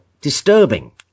disturbing